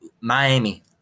Miami